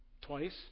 twice